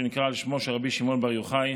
שנקרא על שמו של רבי שמעון בר יוחאי.